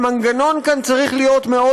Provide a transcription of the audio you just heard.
המנגנון כאן צריך להיות מאוד